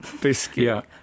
biscuit